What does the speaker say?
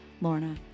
Lorna